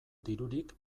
dirurik